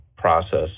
process